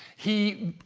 he